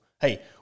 Hey